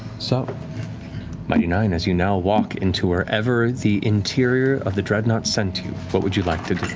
so mighty nein, as you now walk into wherever the interior of the dreadnought sent you, what would you like to